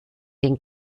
den